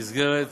במסגרת